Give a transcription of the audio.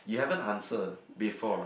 you haven't answer before